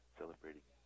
celebrating